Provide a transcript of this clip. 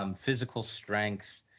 um physical strength,